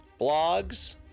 blogs